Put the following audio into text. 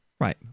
right